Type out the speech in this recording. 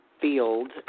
field